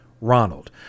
Ronald